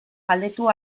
galdetu